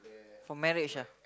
for marriage ah